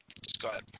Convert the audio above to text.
Skype